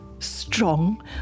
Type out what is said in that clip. strong